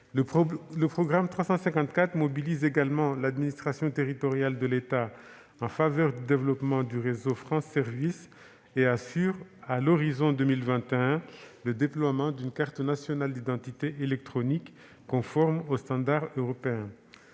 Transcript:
Le programme 354 mobilise également l'administration territoriale de l'État en faveur du développement du réseau France Services et assure, à l'horizon 2021, le déploiement d'une carte nationale d'identité électronique conforme aux standards européens.